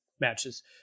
matches